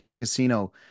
casino